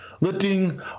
lifting